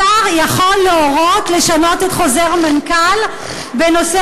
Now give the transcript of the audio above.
השר יכול להורות לשנות את חוזר מנכ"ל בנושא